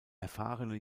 erfahrene